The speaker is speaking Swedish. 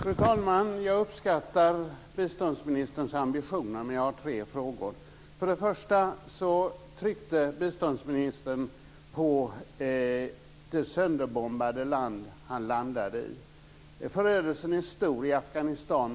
Fru talman! Jag uppskattar biståndsministerns ambitioner. Men jag har tre frågor. För det första: Biståndsministern tryckte på frågan om det sönderbombade land som han landade i. Förödelsen är stor i Afghanistan.